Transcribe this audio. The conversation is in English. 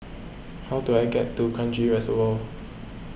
how do I get to Kranji Reservoir